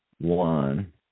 one